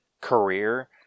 career